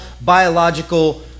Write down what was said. biological